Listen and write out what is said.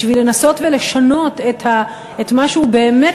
בשביל לנסות לשנות את מה שהוא באמת,